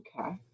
Okay